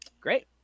Great